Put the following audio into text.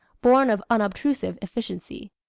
born of unobtrusive efficiency.